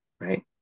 right